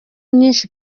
myinshi